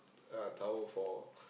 uh tower for